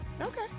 Okay